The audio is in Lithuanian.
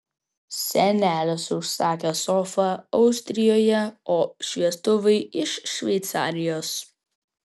senelis užsakė sofą austrijoje o šviestuvai iš šveicarijos